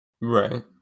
Right